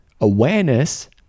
Awareness